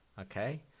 Okay